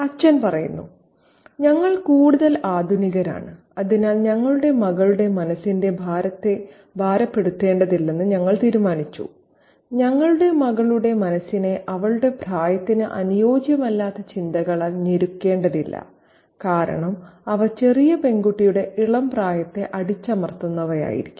അച്ഛൻ പറയുന്നു ഞങ്ങൾ കൂടുതൽ ആധുനികരാണ് അതിനാൽ ഞങ്ങളുടെ മകളുടെ മനസ്സിനെ ഭാരപ്പെടുത്തേണ്ടതില്ലെന്ന് ഞങ്ങൾ തീരുമാനിച്ചു ഞങ്ങളുടെ മകളുടെ മനസ്സിനെ അവളുടെ പ്രായത്തിന് അനുയോജ്യമല്ലാത്ത ചിന്തകളാൽ ഞെരുക്കേണ്ടതില്ല കാരണം അവ ചെറിയ പെൺകുട്ടിയുടെ ഇളം പ്രായത്തെ അടിച്ചമർത്തുന്നവയായിരിക്കും